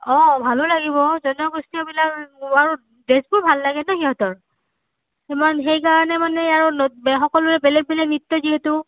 অ' ভালো লাগিব জনগোষ্ঠীয়বিলাক আৰু ড্ৰেছবোৰ ভাল লাগেতো সিহঁতৰ সেইকাৰণে মানে আৰু সকলোৰে বেলেগ বেলেগ নৃত্য যিহেতু